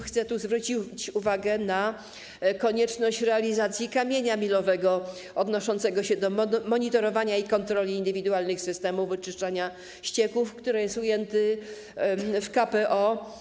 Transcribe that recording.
Chcę tu zwrócić uwagę na konieczność realizacji kamienia milowego odnoszącego się do monitorowania i kontroli indywidualnych systemów oczyszczania ścieków, który jest ujęty w KPO.